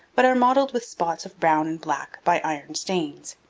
but are mottled with spots of brown and black by iron stains.